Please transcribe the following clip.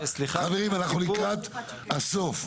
חברים, אנחנו לקראת הסוף.